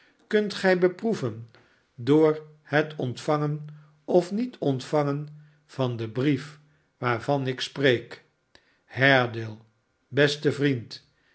skunt gij beproeven door het ontvangen of niet ontvangen van den brief waarvan ik spreek haredale beste vriend